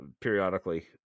periodically